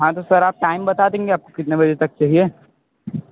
हाँ तो सर आप टाइम बता देंगे आपको कितने बजे तक चाहिए